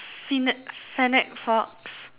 fennec fennec fox